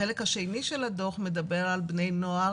החלק השני של הדוח מדבר על בני נוער